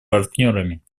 партнерами